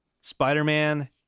spider-man